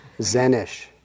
Zenish